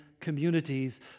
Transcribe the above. communities